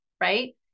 right